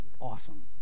awesome